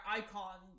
icon